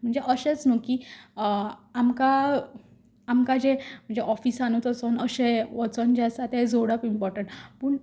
म्हणजे अशेंच न्हू की आमकां आमकां जें म्हणजे ऑफिसानूत वसोन अशें वोसोन जें आसा तें जोडप इमपोर्टंट